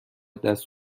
دست